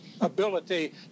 ability